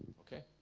okay